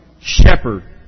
Shepherd